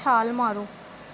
ਛਾਲ ਮਾਰੋ